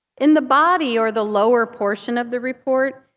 in the body or the lower portion of the report,